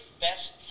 best